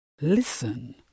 Listen